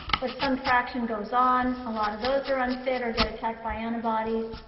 but some fraction goes on. a lot of those are unfit or get attacked by antibodies.